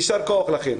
יישר כוח לכן.